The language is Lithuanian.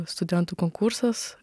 studentų konkursas